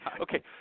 Okay